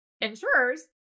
insurers